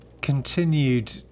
continued